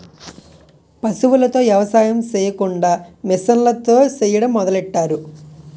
పశువులతో ఎవసాయం సెయ్యకుండా మిసన్లతో సెయ్యడం మొదలెట్టారు